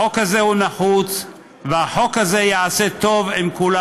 החוק הזה הוא נחוץ והחוק הזה יעשה טוב לכולם.